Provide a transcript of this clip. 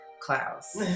klaus